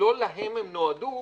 זה בדיוק מה שאני לא רוצה יותר,